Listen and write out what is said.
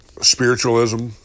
Spiritualism